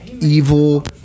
evil